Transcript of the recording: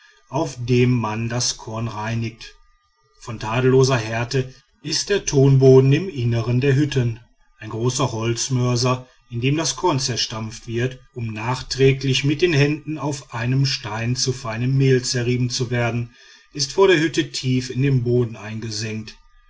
auf dem man das korn reinigt von tadelloser härte ist der tonboden im innern der hütten ein großer holzmörser in dem das korn zerstampft wird um nachträglich mit den händen auf einem stein zu feinem mehl zerrieben zu werden ist vor der hütte tief in den boden eingesenkt